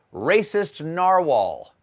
racist narwhal.